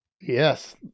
Yes